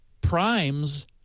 Primes